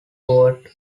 word